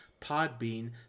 Podbean